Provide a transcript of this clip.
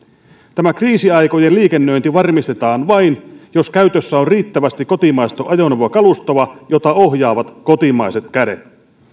tämä kriisiaikojen liikennöinti varmistetaan vain jos käytössä on riittävästi kotimaista ajoneuvokalustoa jota ohjaavat kotimaiset kädet